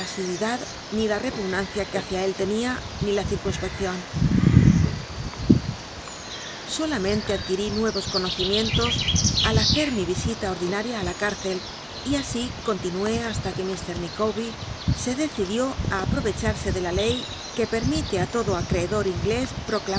ni la repugnancia que h icia él tenia ni la circumi eccion biblioteca nacional de españa da vid copperfield solamente adquirí nuevos conocimientos al hacer mi visita ordinaria á la cárcel y así continué hasta que mr micawber se decidió á aprovecharse de la ley que permite á todo acreedor inglés